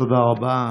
לוריאל